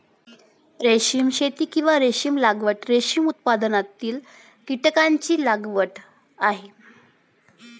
रेशीम शेती, किंवा रेशीम लागवड, रेशीम उत्पादनातील कीटकांची लागवड आहे